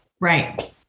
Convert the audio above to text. Right